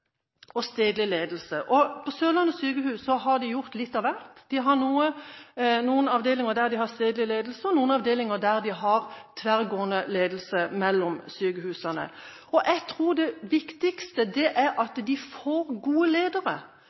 – stedlig ledelse. På Sørlandet sykehus har de gjort litt av hvert. De har noen avdelinger der de har stedlig ledelse, og noen avdelinger der de har tverrgående ledelse mellom sykehusene. Jeg tror det viktigste er at de får gode ledere.